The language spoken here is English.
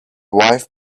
wife